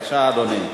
בבקשה, אדוני.